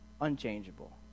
unchangeable